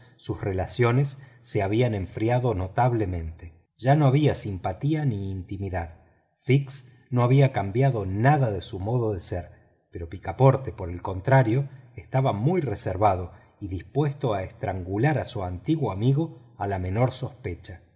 sus relaciones se habían enfriado notablemente ya no había simpatía ni intimidad fix no había cambiado nada de su modo de ser pero picaporte por el contrario estaba muy reservado y dispuesto a estrangular a su antiguo amigo a la menor sospecha